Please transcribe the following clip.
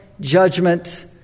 judgment